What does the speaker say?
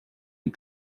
and